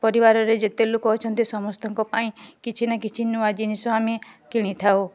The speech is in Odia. ପରିବାରରେ ଯେତେ ଲୋକ ଅଛନ୍ତି ସମସ୍ତଙ୍କ ପାଇଁ କିଛି ନା କିଛି ନୂଆ ଜିନିଷ ଆମେ କିଣିଥାଉ